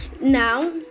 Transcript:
Now